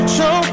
Show